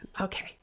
Okay